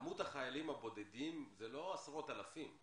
מספר החיילים הבודדים, הוא לא עשרות אלפים.